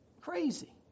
Crazy